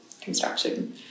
construction